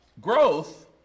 growth